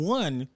one